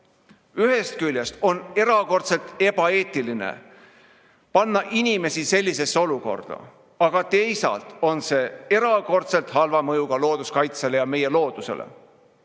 Ühest küljest on erakordselt ebaeetiline panna inimesed sellisesse olukorda, teisalt on see erakordselt halva mõjuga looduskaitsele ja meie loodusele.